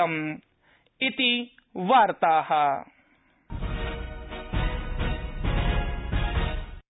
इति वार्ता